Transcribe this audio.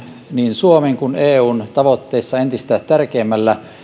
niin suomen kuin eunkin tavoitteissa entistä tärkeämmällä